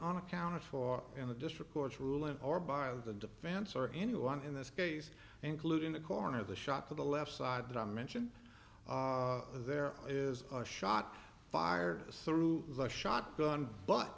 on accounted for in the district court's ruling or by the defense or anyone in this case including the coroner the shot to the left side that i mention there is a shot fired through the shotgun but